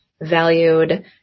valued